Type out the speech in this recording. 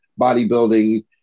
bodybuilding